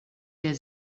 der